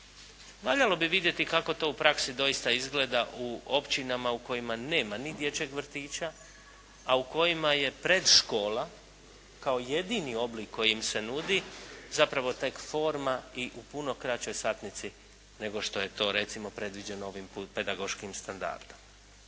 valjalo bi vidjeti kako to u praksi doista izgleda u općinama u kojima nema ni dječjeg vrtića a u kojima je predškola kao jedini oblik koji im se nudi zapravo tek forma i u puno kraćoj satnici nego što je to predviđeno ovim pedagoškim standardom.